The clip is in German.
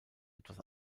etwas